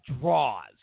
draws